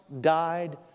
died